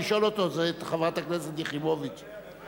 תשאל אותה לא מי המעסיק או המעביד אלא מי הפוקד.